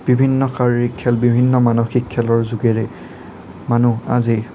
বিভিন্ন শাৰীৰিক খেল বিভিন্ন মানসিক খেলৰ যোগেৰে মানুহ আজি